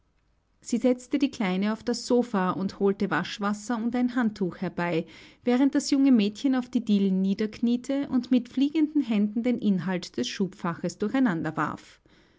sie setzte die kleine auf das sofa und holte waschwasser und ein handtuch herbei während das junge mädchen auf die dielen niederkniete und mit fliegenden händen den inhalt des schubfaches durcheinander